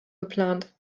geplant